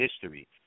history